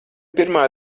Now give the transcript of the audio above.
pirmā